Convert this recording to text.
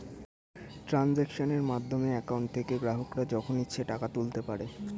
ট্রানজাক্শনের মাধ্যমে অ্যাকাউন্ট থেকে গ্রাহকরা যখন ইচ্ছে টাকা তুলতে পারে